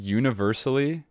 universally